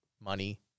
money